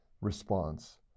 response